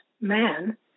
man